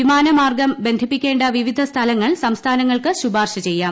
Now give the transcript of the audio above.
വിമാന മാർഗ്ഗം ബന്ധിപ്പിക്കേണ്ട വിവിധ സ്ഥലങ്ങൾ സംസ്ഥാനങ്ങൾക്ക് ശുപാർശ ചെയ്യാം